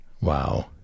Wow